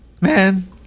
Man